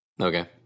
Okay